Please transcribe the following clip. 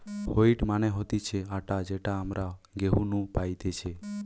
wheat মানে হতিছে আটা যেটা আমরা গেহু নু পাইতেছে